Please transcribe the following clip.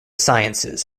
sciences